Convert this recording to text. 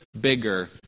bigger